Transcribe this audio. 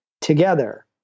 together